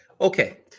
okay